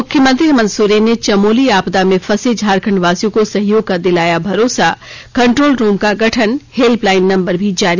मुख्यमंत्री हेमंत सोरेन ने चमोली आपदा में फंसे झारखंडवासियों को सहयोग का दिलाया भरोसा कंट्रोल रूम का गठन हेल्पलाइन नंबर भी जारी